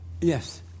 Yes